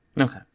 Okay